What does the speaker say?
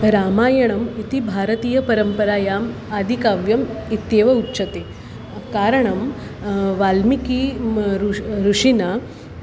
रामायणम् इति भारतीयपरम्परायाम् आदिकव्यम् इत्येव उच्यते कारणं वाल्मीकिः म् रुष् ऋषिणा